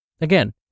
Again